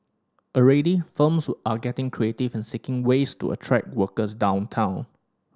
already firms are getting creative in seeking ways to attract workers downtown